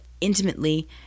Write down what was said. intimately